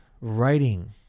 writing